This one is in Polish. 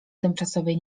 tymczasowej